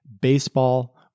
baseball